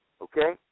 Okay